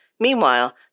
Meanwhile